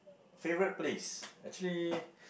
favorite place actually